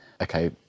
okay